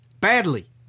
Badly